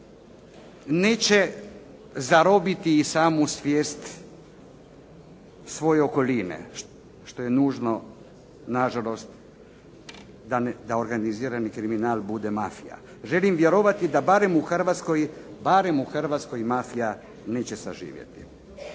neće zarobiti i samu svijest svoje okoline, što je nužno na žalost da organizirani kriminal bude mafija. Želim vjerovati da barem u Hrvatskoj, barem u Hrvatskoj mafija neće saživjeti.